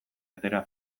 atera